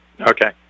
Okay